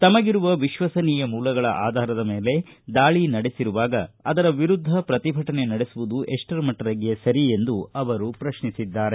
ತಮಗಿರುವ ವಿಶ್ವಸನೀಯ ಮೂಲಗಳ ಆಧಾರದ ಮೇಲೆ ದಾಳಿ ನಡೆಸಿರುವಾಗ ಅದರ ವಿರುದ್ದ ಪ್ರತಿಭಟನೆ ನಡೆಸುವುದು ಎಷ್ಟರ ಮಟ್ಟಿಗೆ ಸರಿ ಎಂದು ಅವರು ಪ್ರಶ್ನಿಸಿದ್ದಾರೆ